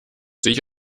sich